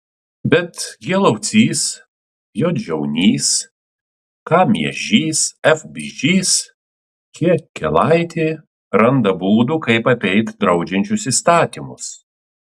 bet g laucys j žiaunys k miežys f bižys k kielaitė randa būdų kaip apeit draudžiančius įstatymus